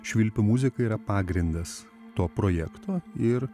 švilpių muzika yra pagrindas to projekto ir